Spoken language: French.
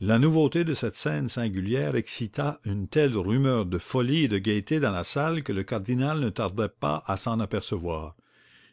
la nouveauté de cette scène singulière excita une telle rumeur de folie et de gaieté dans la salle que le cardinal ne tarda pas à s'en apercevoir